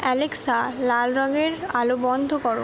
Alexa লাল রঙের আলো বন্ধ করো